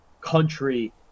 country